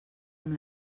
amb